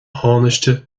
thánaiste